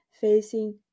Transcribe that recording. facing